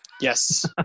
Yes